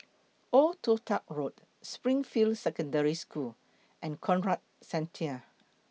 Old Toh Tuck Road Springfield Secondary School and Conrad Centennial